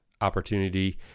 opportunity